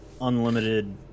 unlimited